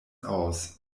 aus